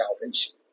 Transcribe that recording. salvation